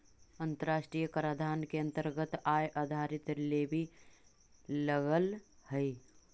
अन्तराष्ट्रिय कराधान के अन्तरगत आय आधारित लेवी लगअ हई